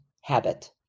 habit